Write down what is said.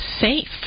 safe